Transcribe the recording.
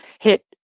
hit